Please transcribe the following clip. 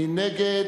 מי נגד?